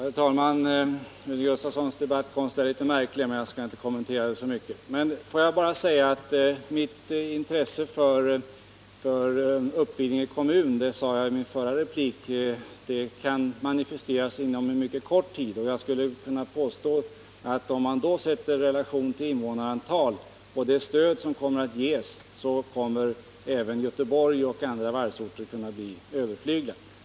Herr talman! Rune Gustavssons debattkonst är litet märklig, men jag skall inte kommentera den så mycket. Får jag bara säga: Mitt intresse för Uppvidinge kommun — det sade jag i min förra replik — kan manifesteras inom en mycket kort tidrymd, och jag skulle kunna påstå att om man då sätter det stöd som kommer Uppvidinge till del i relation till invånarantalet kommer även Göteborg och andra varvsorter att kunna bli överflyglade.